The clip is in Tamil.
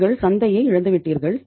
நீங்கள் சந்தையை இழந்துவிட்டீர்கள்